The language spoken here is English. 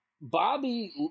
Bobby